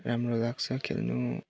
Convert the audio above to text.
राम्रो लाग्छ खेल्नु